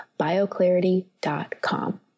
bioclarity.com